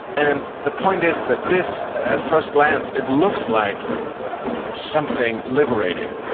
and the point is that this, at first glance, it looks like something liberating.